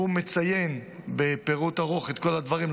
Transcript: הוא מציין בפירוט ארוך את כל הדברים,